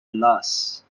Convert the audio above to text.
last